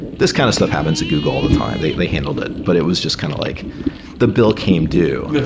this kind of stuff happens at google all the time. they they handled it, but it was just kind of like the bill came due.